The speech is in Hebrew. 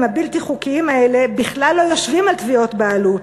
הבלתי-חוקיים האלה בכלל לא יושבים על תביעות בעלות,